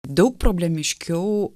daug problemiškiau